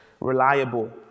reliable